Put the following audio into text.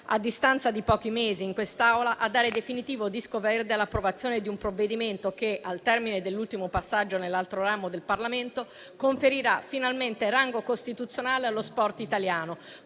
a distanza di pochi mesi, in quest'Aula a dare definitivo "disco verde" all'approvazione di un provvedimento che, al termine dell'ultimo passaggio nell'altro ramo del Parlamento, conferirà finalmente rango costituzionale allo sport italiano,